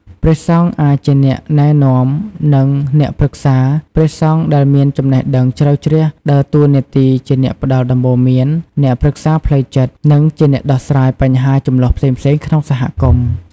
ព្រះសង្ឃអាចជាអ្នកណែនាំ និងអ្នកប្រឹក្សា ព្រះសង្ឃដែលមានចំណេះដឹងជ្រៅជ្រះដើរតួនាទីជាអ្នកផ្តល់ដំបូន្មាន អ្នកប្រឹក្សាផ្លូវចិត្ត និងជាអ្នកដោះស្រាយបញ្ហាជម្លោះផ្សេងៗក្នុងសហគមន៍។